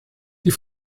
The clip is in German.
die